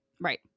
Right